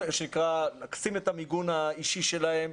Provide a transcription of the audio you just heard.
מה שנקרא לשים את המיגון האישי שלהם,